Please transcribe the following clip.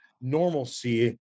normalcy